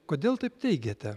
kodėl taip teigiate